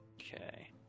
Okay